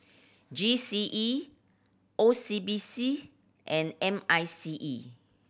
G C E O C B C and M I C E